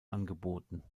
angeboten